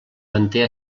manté